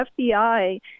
FBI